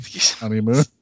honeymoon